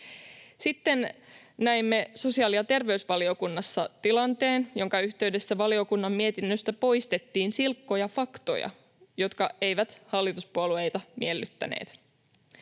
Sitten näimme sosiaali- ja terveysvaliokunnassa tilanteen, jonka yhteydessä valiokunnan mietinnöstä poistettiin silkkoja faktoja, jotka eivät hallituspuolueita miellyttäneet.